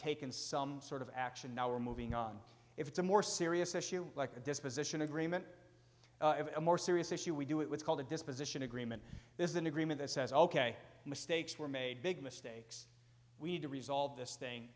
taken some sort of action now we're moving on if it's a more serious issue like a disposition agreement a more serious issue we do it's called a disposition agreement this is an agreement that says ok mistakes were made big mistakes we need to resolve this thing